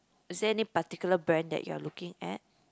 is there any particular brand that you're looking at